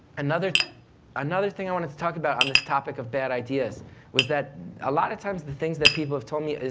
another another thing i wanted to talk about on this topic of bad ideas was that a lot of times the things that people have told me,